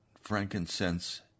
frankincense